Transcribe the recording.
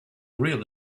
real